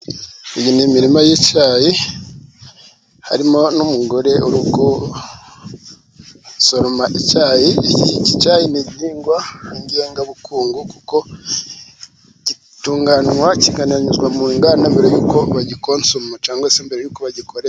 Iyi ni imirima y'icyayi, harimo n'umugore uri gusoroma icyayi, iki cyayi ni igihingwa ngengabukungu, kuko gitunganywa kikanyuzwa mu nganda mbere y'uko bagikonsoma, cyangwa se mbere y'uko bagikora.